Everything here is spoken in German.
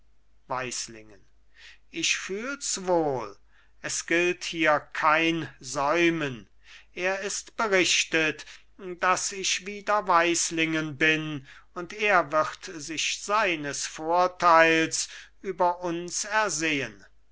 weislingen ich fühl's wohl es gilt hier kein säumen er ist berichtet daß ich wieder weislingen bin und er wird sich seines vorteils über uns ersehen